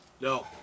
No